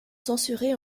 censurés